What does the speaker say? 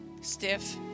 stiff